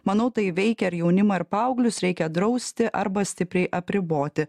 manau tai veikiair jaunimą ir paauglius reikia drausti arba stipriai apriboti